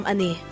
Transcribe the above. Ani